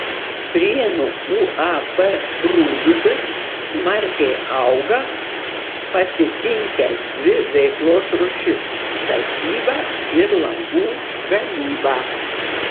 prienų uab rūdupis smarkiai auga pasikinkęs dvi veiklos rūšis statybą ir langų gamybą